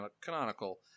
canonical